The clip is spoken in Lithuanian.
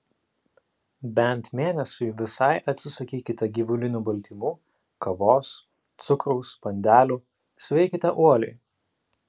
bent mėnesiui visai atsisakykite gyvulinių baltymų kavos cukraus bandelių sveikite uoliai